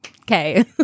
okay